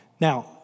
Now